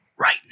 right